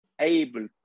able